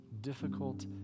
difficult